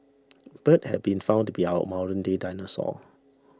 birds have been found to be our modernday dinosaurs